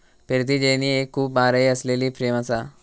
फिरती जेनी एक खूप आरे असलेली फ्रेम असा